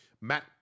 Matt